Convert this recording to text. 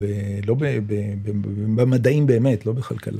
במדעים באמת, לא בכלכלה.